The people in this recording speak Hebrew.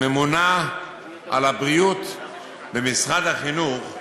הממונה על הבריאות במשרד החינוך,